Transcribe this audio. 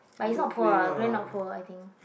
but he's not a poor ah Glen not poor I think